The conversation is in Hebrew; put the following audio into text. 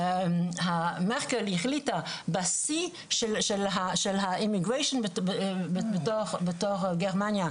מרקל החליטה בשיא של ההגירה בתוך גרמניה,